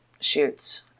shoots